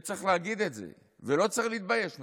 וצריך להגיד את זה, ולא צריך להתבייש בזה.